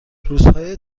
روزهای